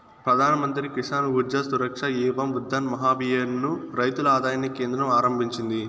ప్రధాన్ మంత్రి కిసాన్ ఊర్జా సురక్ష ఏవం ఉత్థాన్ మహాభియాన్ ను రైతుల ఆదాయాన్ని కేంద్రం ఆరంభించింది